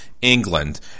England